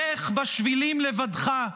לך בשבילים לבדך,